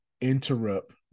interrupt